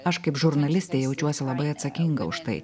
aš kaip žurnalistė jaučiuosi labai atsakinga už tai